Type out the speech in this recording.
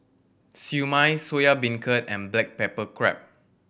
Siew Mai Soya Beancurd and black pepper crab